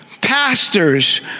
pastors